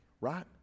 right